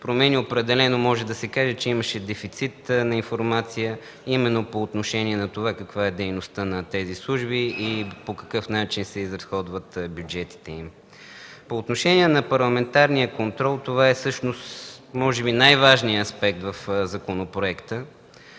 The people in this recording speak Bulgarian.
промени, определено може да се каже, че имаше дефицит на информация именно по отношение на това, каква е дейността на тези служби и по какъв начин се изразходват бюджетите им. По отношение на парламентарния контрол, това е всъщност може би най-важният аспект в законопроекта.